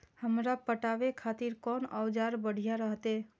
हमरा पटावे खातिर कोन औजार बढ़िया रहते?